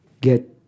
get